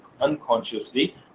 unconsciously